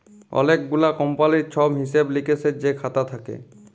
অলেক গুলা কমপালির ছব হিসেব লিকেসের যে খাতা থ্যাকে